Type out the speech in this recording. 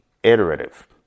iterative